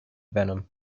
venom